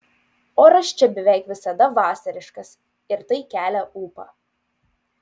oras čia beveik visada vasariškas ir tai kelia ūpą